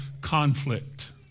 conflict